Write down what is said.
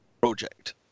project